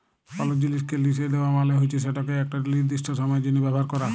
call জিলিসকে লিসে দেওয়া মালে হচ্যে সেটকে একট লিরদিস্ট সময়ের জ্যনহ ব্যাভার ক্যরা